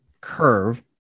curve